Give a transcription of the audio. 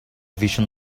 vision